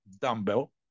dumbbell